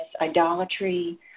idolatry